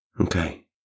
Okay